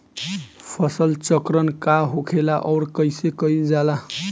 फसल चक्रण का होखेला और कईसे कईल जाला?